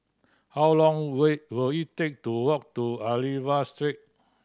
how long will will it take to walk to Aliwal Street